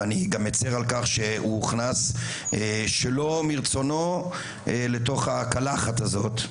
ואני גם מצר על כך שהוא הוכנס שלא מרצונו לתוך הקלחת הזאת,